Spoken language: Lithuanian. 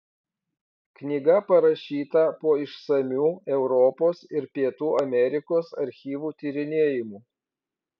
knyga parašyta po išsamių europos ir pietų amerikos archyvų tyrinėjimų